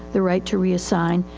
the right to reassign,